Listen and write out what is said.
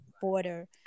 border